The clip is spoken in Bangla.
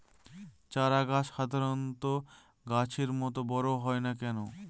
চারা গাছ সাধারণ গাছের মত বড় হয় না কেনো?